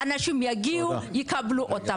אנשים יגיעו ויקבלו אותם,